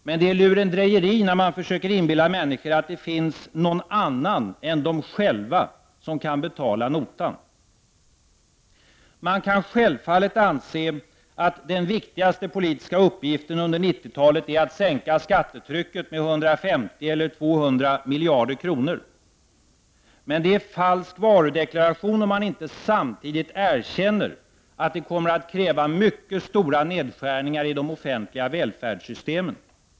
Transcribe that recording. Men det är lurendrejeri att försöka inbilla människor att det finns någon annan än de själva som kan betala notan. Man kan självfallet anse att den viktigaste politiska uppgiften under 90 talet är att sänka skattetrycket med 150 eller 200 miljarder kronor. Men det är falsk varudeklaration att inte samtidigt erkänna att det kommer att kräva mycket stora nedskärningar i de offentliga välfärdssystemen.